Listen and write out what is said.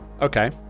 okay